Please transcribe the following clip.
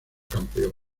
campeón